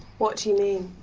what do you mean?